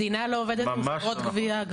המדינה גם לא עובדת עם חברות גבייה.